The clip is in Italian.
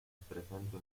presente